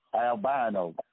albino